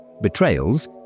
betrayals